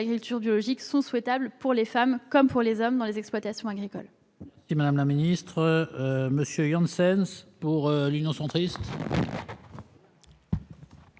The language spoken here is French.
protections est souhaitable pour les femmes comme pour les hommes dans les exploitations agricoles.